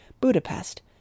Budapest